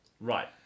Right